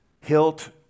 hilt